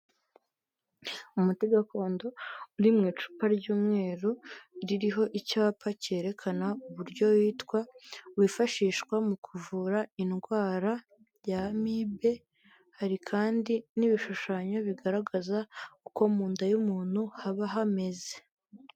Umuti gakondo uri mu icupa ry'umweru, ririho icyapa cyerekana uburyo witwa, wifashishwa mu kuvura indwara ya amibe, hari kandi n'ibishushanyo bigaragaza uko mu nda y'umuntu haba hameze.